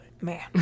Man